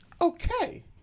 Okay